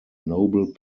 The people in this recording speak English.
noble